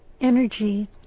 energy